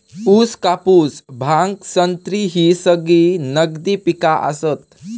ऊस, कापूस, भांग, संत्री ही सगळी नगदी पिका आसत